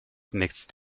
missed